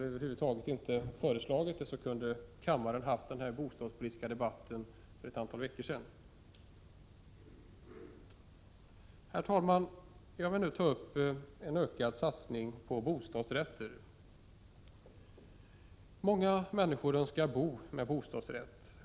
1986/87:123 framfört förslaget, kunde kammaren ha haft den bostadspolitiska debatten — 14 maj 1987 för ett antal veckor sedan. Jag vill ta upp frågan om ökad satsning på bostadsrätter. Många människor önskar bo med bostadsrätt.